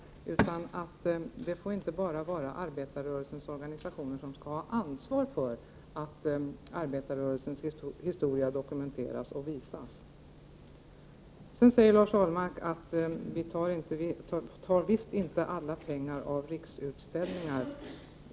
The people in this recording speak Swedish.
Jag sade att det inte bara får vara arbetarrörelsens organisationer som skall ha ansvaret för att arbetarrörelsens historia dokumenteras och visas. Lars Ahlmark säger att moderaterna inte alls tar alla pengar från Riksutställningar.